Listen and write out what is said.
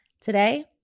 Today